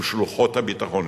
ושלוחות הביטחון,